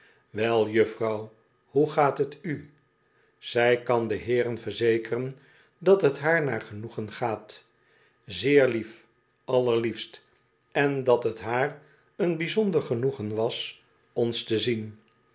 wel juffrouw hoe gaat t u zij kan de heeren verzekeren dat t haar naar genoegen gaat zeer lief allerliefst en dat t haar een bijzonder genoegen was ons te zien